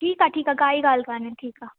ठीकु आहे ठीकु आहे काई ॻाल्हि कान्हे ठीकु आहे